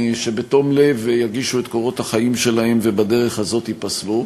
שבתום לב יגישו את קורות החיים שלהם ובדרך הזאת ייפסלו,